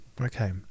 okay